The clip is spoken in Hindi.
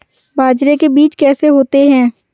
बाजरे के बीज कैसे होते हैं?